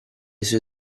suoi